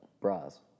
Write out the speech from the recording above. Bras